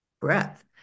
breath